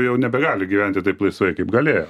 jau nebegali gyventi taip laisvai kaip galėjo